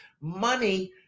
Money